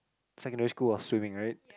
secondary school I was swimming right